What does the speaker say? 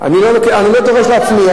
אני לא דורש לעצמי,